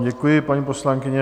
Děkuji vám, paní poslankyně.